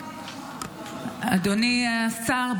אדוני השר,